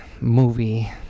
movie